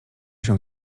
się